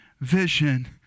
vision